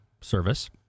service